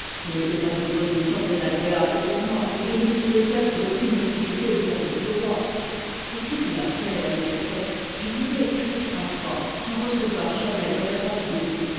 ce n'étoit pas une position bien agréable pour moi et je n'y pouvois être d'ancune utilité au service du roi depuis que la paix a été faite je vous ai écrit trois fois sans recevoir jamais de réponse de vous